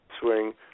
swing